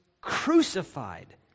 crucified